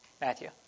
Matthew